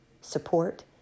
support